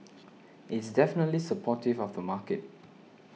it's definitely supportive of the market